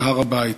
זה הר-הבית.